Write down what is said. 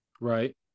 Right